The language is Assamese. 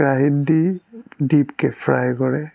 কেৰাহিত দি দিপ কে ফ্ৰাই কৰে